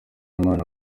imana